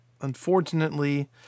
unfortunately